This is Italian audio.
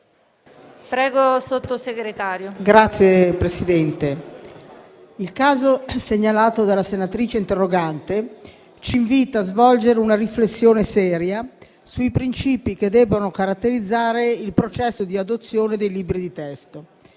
il caso segnalato dalla senatrice interrogante ci invita a svolgere una riflessione seria sui principi che debbono caratterizzare il processo di adozione dei libri di testo.